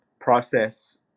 process